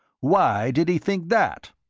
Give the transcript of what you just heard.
why did he think that?